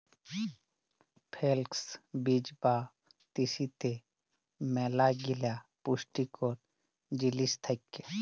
flakes বীজ বা তিসিতে ম্যালাগিলা পুষ্টিকর জিলিস থ্যাকে